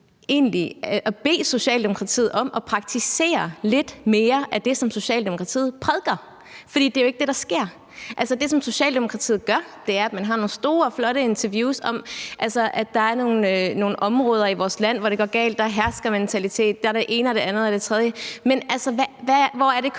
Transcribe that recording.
at Socialdemokratiet praktiserer lidt mere af det, som Socialdemokratiet prædiker, for det er jo ikke det, der sker. Det, som Socialdemokratiet gør, er, at man har nogle store, flotte interviews om, at der er nogle områder i vores land, hvor det går galt, hvor der er herskermentalitet, hvor der er det ene og det andet og det tredje, men hvor er det konkrete